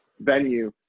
venue